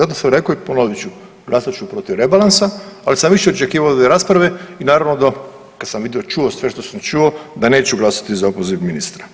Zato sam rekao i ponovit ću, glasat ću protiv rebalansa, ali sam više očekivao od ove rasprave i naravno do kad sam vidio i čuo sve što sam čuo da neću glasati za opoziv ministra.